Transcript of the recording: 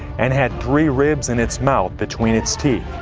and had three ribs in its mouth between its teeth.